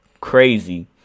crazy